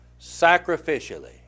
sacrificially